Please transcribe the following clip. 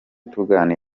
tugirana